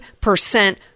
percent